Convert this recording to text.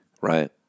Right